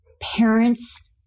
parents